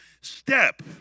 Step